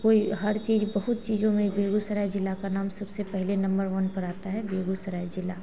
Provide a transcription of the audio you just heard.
कोई हर चीज बहुत चीज़ों में बेगूसराय जिला का नाम सबसे पहले नम्मर वन पर आता है बेगूसराय जिला